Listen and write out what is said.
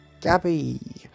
Gabby